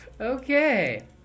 Okay